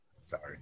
Sorry